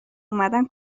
اومدن